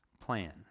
plan